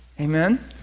amen